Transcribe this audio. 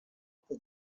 غرفه